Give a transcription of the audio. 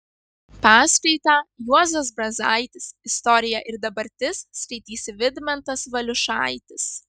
paskaitą juozas brazaitis istorija ir dabartis skaitys vidmantas valiušaitis